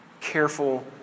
Careful